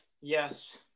Yes